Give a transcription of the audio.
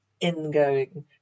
ingoing